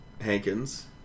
Hankins